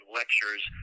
lectures